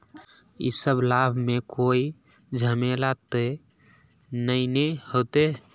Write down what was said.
इ सब लाभ में कोई झमेला ते नय ने होते?